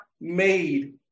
made